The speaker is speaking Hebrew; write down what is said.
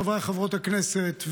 חברי וחברות הכנסת,